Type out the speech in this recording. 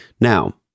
Now